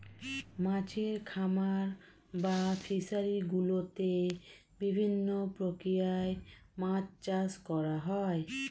মাছের খামার বা ফিশারি গুলোতে বিভিন্ন প্রক্রিয়ায় মাছ চাষ করা হয়